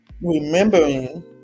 remembering